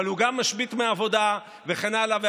אבל גם הוא משבית מהעבודה, וכן הלאה והלאה.